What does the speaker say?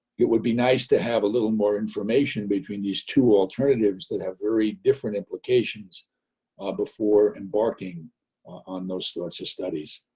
it would be nice to have a little more information between these two alternatives that have very different implications ah before embarking on those sorts of studies.